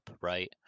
right